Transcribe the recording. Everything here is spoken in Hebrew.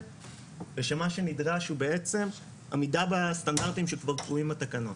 ושמה שנדרש הוא בעצם עמידה בסטנדרטים שכבר קבועים בתקנות,